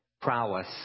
prowess